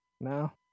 Now